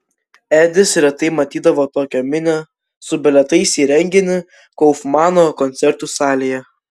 edis retai matydavo tokią minią su bilietais į renginį kaufmano koncertų salėje